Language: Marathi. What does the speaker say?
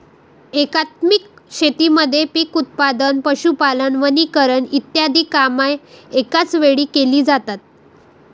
एकात्मिक शेतीमध्ये पीक उत्पादन, पशुपालन, वनीकरण इ कामे एकाच वेळी केली जातात